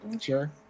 Sure